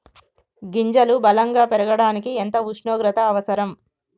గింజలు బలం గా పెరగడానికి ఎంత ఉష్ణోగ్రత అవసరం?